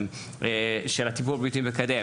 של הטיפול הבריאותי המקדם.